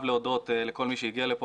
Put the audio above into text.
אני חייב להודות לכל מי שהגיע לפה,